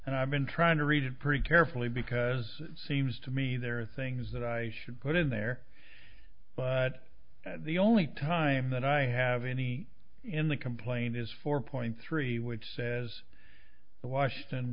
and i've been trying to read it pretty carefully because it seems to me there are things that i should put in there but the only time that i have any in the complaint is four point three which says the wash